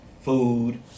food